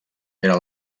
era